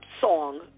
song